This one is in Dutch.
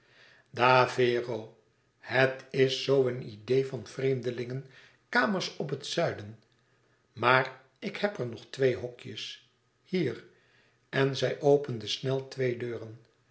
davvero het is zoo een idee van vreemdelingen kamers op het zuiden maar ik heb er nog twee hokjes hier en zij opende snel twee deuren